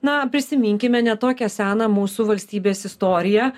na prisiminkime ne tokią seną mūsų valstybės istoriją